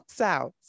out